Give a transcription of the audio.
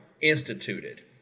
instituted